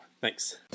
Thanks